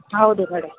ಹೌದು ಮೇಡಮ್